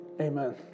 Amen